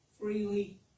freely